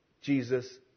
Jesus